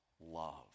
love